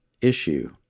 issue